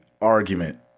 argument